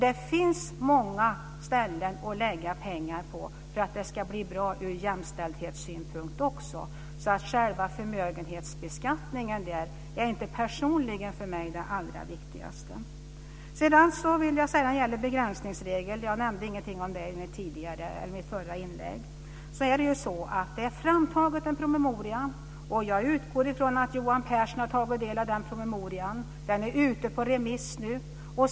Det finns många ställen att lägga pengar för att det ska bli bra ur jämställdhetssynpunkt också. Själva förmögenhetsbeskattningen är därför inte det allra viktigaste för mig personligen. Sedan vill jag säga något begränsningsregeln. Jag nämnde ingenting om den i mitt förra inlägg. En promemoria är ju framtagen. Jag utgår från att Johan Pehrson har tagit del av den promemorian. Den är ute på remiss nu.